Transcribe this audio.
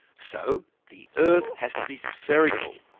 so the earth has to be spherical.